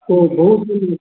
ओ बहु सम्यक्